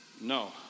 No